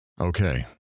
Okay